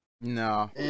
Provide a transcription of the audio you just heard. No